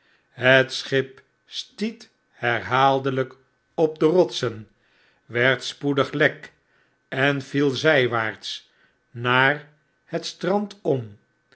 het schip stiet herhaaldelijk op de rotsen werd spoedig lek en viel zywaarts naar het strand om